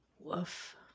Woof